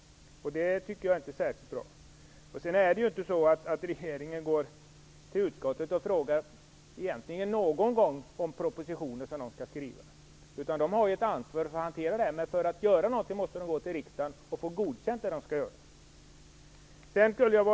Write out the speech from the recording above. Det tycker jag inte är särskilt bra. Det är vidare knappast så att regeringen ens någon gång vänder sig till utskottet och frågar om propositioner som den skall lägga fram. Den har ett ansvar för att hantera dessa frågor, men för att kunna göra något måste den vända sig till riksdagen för godkännande av sina förslag.